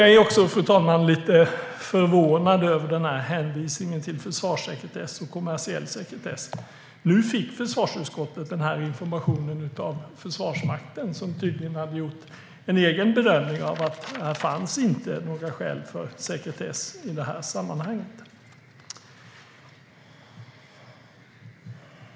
Jag är också lite förvånad över hänvisningen till försvarssekretess och kommersiell sekretess. Nu fick försvarsutskottet denna information av Försvarsmakten som tydligen hade gjort den egna bedömningen att det inte fanns några skäl för sekretess.